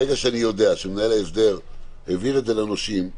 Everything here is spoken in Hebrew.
ברגע שאני יודע שמנהל ההסדר העביר את זה לנושים.